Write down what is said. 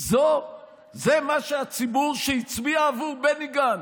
זה מה שהציבור שהצביע עבור בני גנץ,